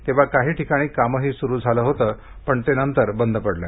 तेव्हा काही ठिकाणी कामही सुरू झालं होतं पण ते नंतर बंद पडलं